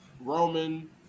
roman